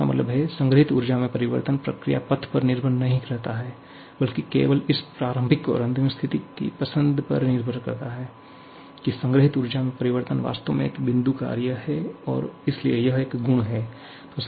इसका मतलब है संग्रहीत ऊर्जा में परिवर्तन प्रक्रिया पथ पर निर्भर नहीं करता है बल्कि केवल इस प्रारंभिक और अंतिम स्थिति की पसंद पर निर्भर करता है कि संग्रहीत ऊर्जा में परिवर्तन वास्तव में एक बिंदु कार्य है और इसलिए यह एक गुण है